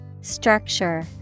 Structure